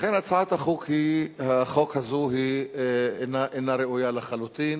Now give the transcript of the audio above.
לכן הצעת החוק הזו אינה ראויה לחלוטין,